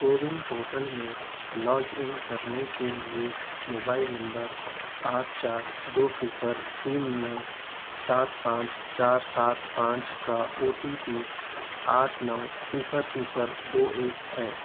CoWIN portal میں log in کرنے کے لیے موبائل نمبر آٹھ چار دو صفر تین نو سات پانچ چار سات پانچ کا او ٹی پی آٹھ نو صفر صفر دو ایک ہے